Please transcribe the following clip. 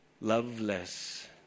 loveless